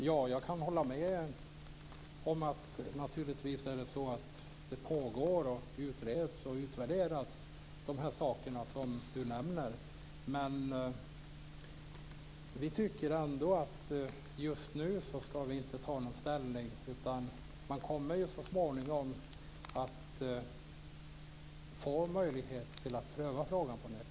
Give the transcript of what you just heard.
Fru talman! Jag kan naturligtvis hålla med om att de saker som Jan Backman nämner utreds och utvärderas. Men vi tycker inte att vi skall ta ställning just nu. Vi kommer så småningom att få möjlighet att pröva frågan på nytt.